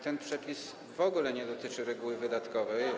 Ten przepis w ogóle nie dotyczy reguły wydatkowej.